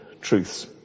truths